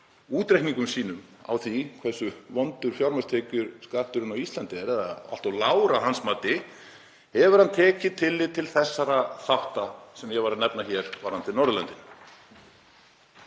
útreikningum sínum á því hversu vondur fjármagnstekjuskatturinn á Íslandi er, eða allt of lágur að hans mati, tekið tillit til þessara þátta sem ég var að nefna hér varðandi Norðurlöndin?